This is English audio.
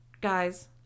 Guys